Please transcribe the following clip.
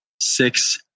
six